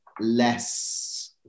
less